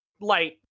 light